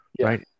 right